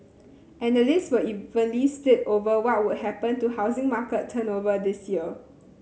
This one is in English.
analysts were evenly split over what would happen to housing market turnover this year